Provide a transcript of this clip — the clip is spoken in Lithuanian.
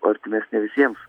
artimesnė visiems